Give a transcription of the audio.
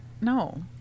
No